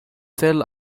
still